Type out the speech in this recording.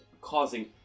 causing